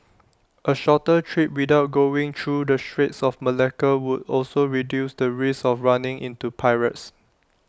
A shorter trip without going through the straits of Malacca would also reduce the risk of running into pirates